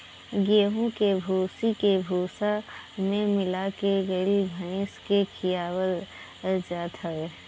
गेंहू के भूसी के भूसा में मिला के गाई भाईस के खियावल जात हवे